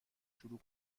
شروع